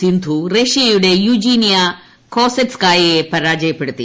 സിന്ധു റഷ്യയുടെ യുജീനിയ കോസെറ്റ്സ്കായയെ പരാജയപ്പെടുത്തി